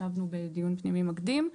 ישבנו בדיון פנימי מקדים.